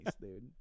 dude